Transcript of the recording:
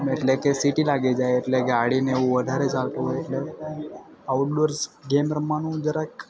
એટલે કે સિટી લાગી જાય એટલે ગાડી ને એવું વધારે જતું હોય એટલે આઉટડોર્સ ગેમ રમવાનું જરાક